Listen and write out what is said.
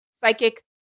psychic